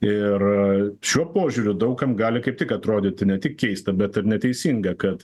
ir šiuo požiūriu daug kam gali kaip tik atrodyti ne tik keista bet ir neteisinga kad